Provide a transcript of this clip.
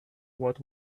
what